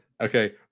okay